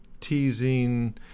teasing